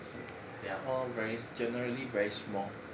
there are all very generally very small